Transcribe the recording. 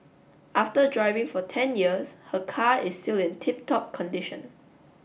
after driving for ten years her car is still in tip top condition